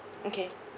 okay